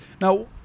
now